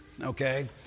okay